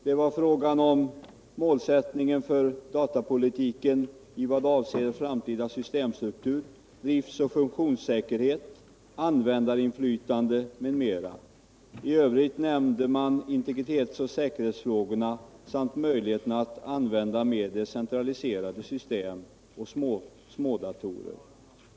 Det var fråga om målsättningen för datapolitiken i vad avser framtida systemstruktur, driftsoch funktionssäkerhet, användarinflytande m.m. I övrigt nämnde utskottet integritetsoch säkerhetsfrågorna samt möjligheten att använda mer decentraliserade system och smådatorer.